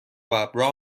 ﺑﺒﺮﺍﻥ